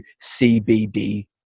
CBD